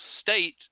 state